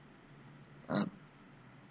uh